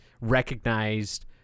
recognized